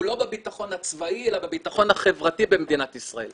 הוא לא בביטחון הצבאי אלא בביטחון החברתי במדינת ישראל.